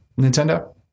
Nintendo